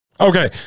Okay